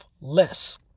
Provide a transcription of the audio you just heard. less